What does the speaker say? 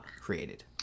created